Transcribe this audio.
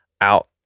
out